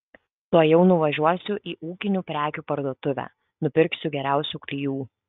tuojau nuvažiuosiu į ūkinių prekių parduotuvę nupirksiu geriausių klijų